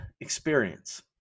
experience